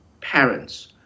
parents